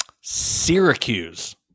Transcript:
Syracuse